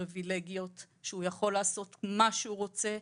פריווילגיות שהוא יכול לעשות מה שהוא רוצה,